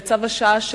לצו השעה,